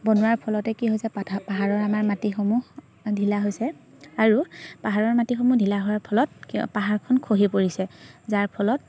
বনোৱাৰ ফলতে কি হৈছে পাহাৰৰ আমাৰ মাটিসমূহ ঢিলা হৈছে আৰু পাহাৰৰ মাটিসমূহ ঢিলা হোৱাৰ ফলত পাহাৰখন খহি পৰিছে যাৰ ফলত